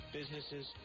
businesses